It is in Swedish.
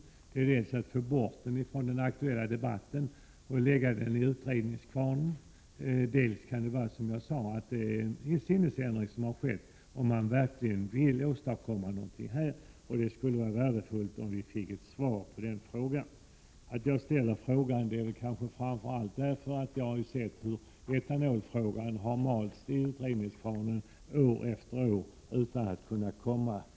Dels kan det vara praktiskt att få bort den från den aktuella debatten, dels kan det som jag sade ha skett en sinnesändring så att man verkligen vill åstadkomma någonting. Jag ställer frågan framför allt därför att jag har sett hur etanolfrågan har malts i utredningskvarnen år efter år utan att komma därifrån.